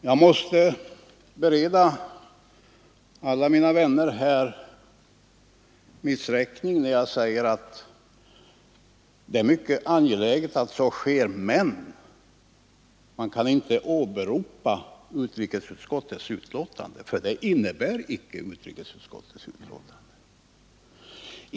Jag måste bereda alla mina vänner här en missräkning när jag säger att det är mycket angeläget att så sker men att man inte kan åberopa utrikesutskottets yttrande som stöd för detta, därför att det innebär icke utrikesutskottets yttrande.